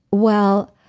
well,